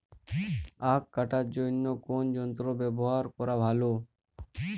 আঁখ কাটার জন্য কোন যন্ত্র ব্যাবহার করা ভালো?